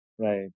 Right